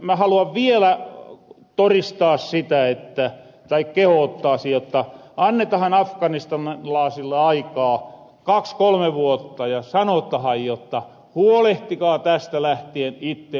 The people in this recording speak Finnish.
mä haluan vielä toristaa sitä tai kehottaasin jotta annetahan afganistanilaasille aikaa kaks kolme vuotta ja sanotahan jotta huolehtikaa tästä lähtien itte omasta maasta